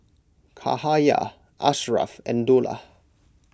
Cahaya Ashraff and Dollah